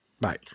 Bye